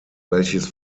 welches